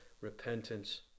repentance